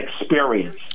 experience